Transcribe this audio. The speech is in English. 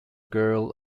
girl